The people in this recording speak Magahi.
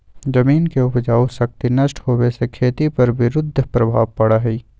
जमीन के उपजाऊ शक्ति नष्ट होवे से खेती पर विरुद्ध प्रभाव पड़ा हई